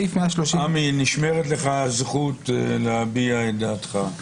עמי, נשמרת לך הזכות להביע את דעתך.